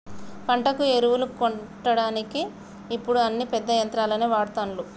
పంటకు ఎరువులు కొట్టడానికి ఇప్పుడు అన్ని పెద్ద యంత్రాలనే వాడ్తాన్లు